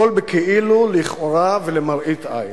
הכול בכאילו, לכאורה ולמראית עין.